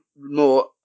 more